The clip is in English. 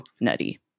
nutty